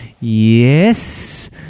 Yes